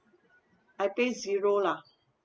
I pay zero lah